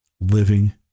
living